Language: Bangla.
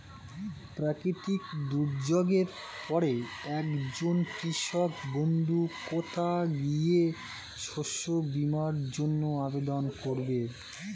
প্রাকৃতিক দুর্যোগের পরে একজন কৃষক বন্ধু কোথায় গিয়ে শস্য বীমার জন্য আবেদন করবে?